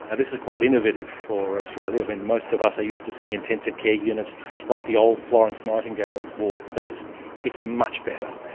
and this is quite innovative for australia. and most of us are used to seeing intensive care units like the old florence nightingale wards, but it's it's much better.